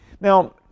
Now